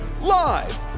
Live